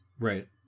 Right